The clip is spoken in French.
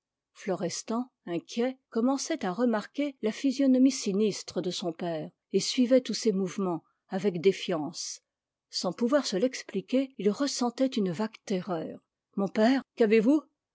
florestan inquiet commençait à remarquer la physionomie sinistre de son père et suivait tous ses mouvements avec défiance sans pouvoir se l'expliquer il ressentait une vague terreur mon père qu'avez-vous